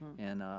and